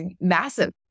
massive